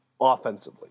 offensively